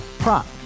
Prop